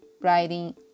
writing